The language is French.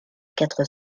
quatre